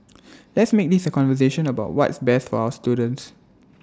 let's make this A conversation about what's best for our students